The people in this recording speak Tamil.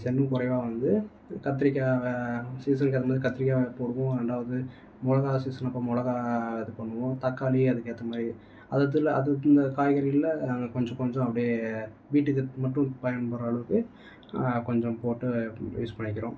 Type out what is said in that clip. அஞ்சு சென்ட்டுக்கு குறைவா வந்து கத்திரிக்காயை சீசனுக்கு ஏற்ற மாதிரி கத்திரிக்காயை போடுவோம் ரெண்டாவது மிளகா சீசன் அப்போ மிளகா இது பண்ணுவோம் தக்காளி அதுக்கு ஏற்ற மாதிரி அது அதில் அதுக்குன்னு காய்கறிகளில் நாங்கள் கொஞ்சம் கொஞ்சம் அப்படியே வீட்டுக்கு மட்டும் பயன்படுகிற அளவுக்கு கொஞ்சம் போட்டு யூஸ் பண்ணிக்கிறோம்